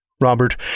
Robert